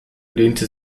lehnte